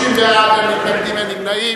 30 בעד, אין מתנגדים ואין נמנעים.